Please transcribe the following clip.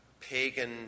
Pagan